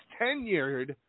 tenured